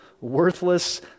worthless